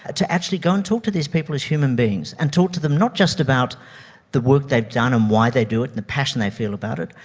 ah to actually go and talk to these people as human beings, and talk to them not just about the work they've done and why they do it and the passion they feel about it,